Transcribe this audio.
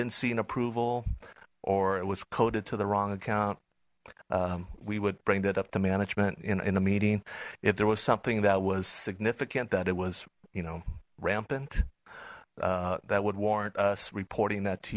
didn't see an approval or it was coded to the wrong account we would bring that up to management in a meeting if there was something that was significant that it was you know rampant that would warrant us reporting that to